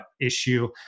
issue